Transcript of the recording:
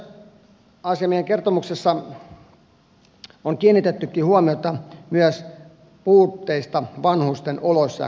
tässä oikeusasiamiehen kertomuksessa on kiinnitettykin huomiota myös puutteisiin vanhusten oloissa ja kohtelussa